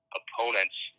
opponents